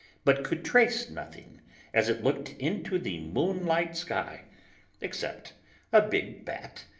but could trace nothing as it looked into the moonlit sky except a big bat,